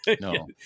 No